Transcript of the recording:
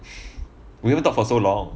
we even talk for so long